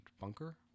bunker